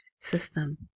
system